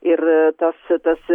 ir tas tas